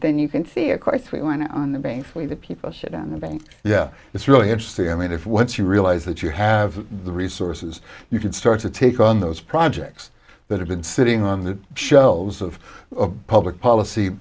then you can feel quite three one on the banks we the people sit on the bank yeah it's really interesting i mean if once you realize that you have the resources you can start to take on those projects that have been sitting on the shelves of public policy